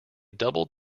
doubled